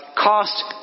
cost